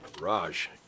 Raj